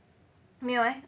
没有 eh